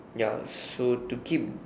ya so to keep